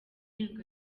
irenga